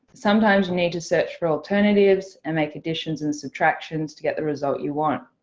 sometimes you need to search for alternatives and make additions and subtractions to get the result you want.